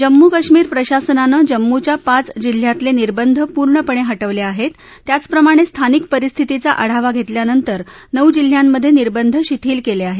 जम्मू कश्मीर प्रशासनानं जम्मूच्या पाच जिल्ह्यातले निर्बंध पूर्णपणे हटवले आहेत त्याचप्रमाणे स्थानिक परिस्थितीचा आढावा घेतल्यानंतर नउ जिल्ह्यांमधे निर्बंध शिथील केले होते